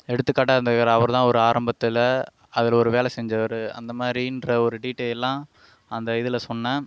எடுத்துக்காட்டாக இருந்தவர் அவர் தான் அவரு ஆரம்பத்தில் அவரு ஒரு வேலை செஞ்சவர் அந்த மாதிரின்ற ஒரு டிடையல்லாம் அந்த இதில் சொன்னேன்